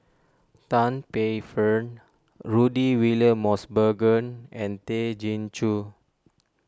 Tan Paey Fern Rudy William Mosbergen and Tay Chin Joo